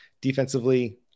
Defensively